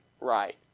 right